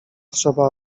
trzeba